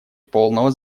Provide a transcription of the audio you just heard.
полного